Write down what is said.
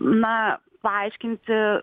na paaiškinti